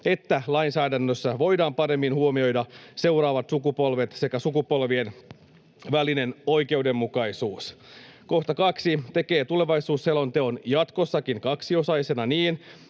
että lainsäädännössä voidaan paremmin huomioida seuraavat sukupolvet sekä sukupolvien välinen oikeudenmukaisuus. 2) tekee tulevaisuusselonteon jatkossakin kaksiosaisena niin,